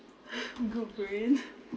good brain